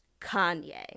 kanye